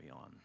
on